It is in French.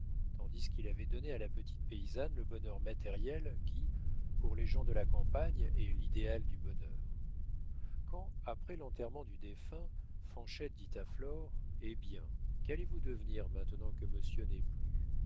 tandis qu'il avait donné à la petite paysanne le bonheur matériel qui pour les gens de la campagne est l'idéal du bonheur quand après l'enterrement du défunt fanchette dit à flore eh bien qu'allez-vous devenir maintenant que monsieur n'est plus